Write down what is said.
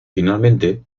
finalmente